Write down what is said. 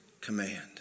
command